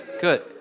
good